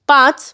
पांच